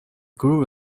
grew